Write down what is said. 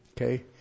Okay